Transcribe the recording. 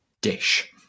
dish